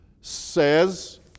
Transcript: says